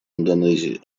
индонезии